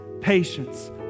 patience